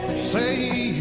see